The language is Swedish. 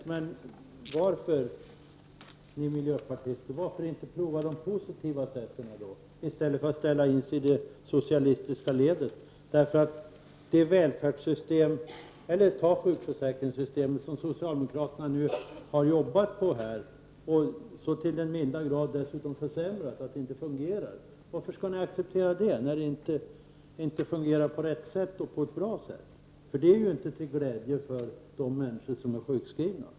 Ja, men varför vill ni i miljöpartiet inte prova de positiva sätten, i stället för att ställa in er i det socialistiska ledet? Socialdemokraterna har jobbat på sjukförsäkringssystemet och försämrat det så till den milda grad att det inte fungerar. Varför skall ni acceptera det, när det inte fungerar på ett riktigt och bra sätt? Det är inte till glädje för de människor som är sjukskrivna.